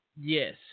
Yes